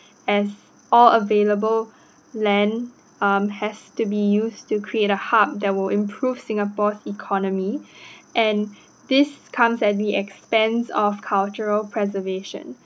as all available land um has to be used to create a hub that will improve singapore's economy and this comes at the expanse of cultural preservation